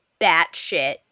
batshit